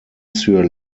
sur